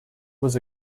was